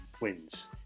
wins